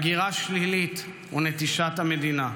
הגירה שלילית ונטישת המדינה.